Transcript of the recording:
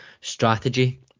strategy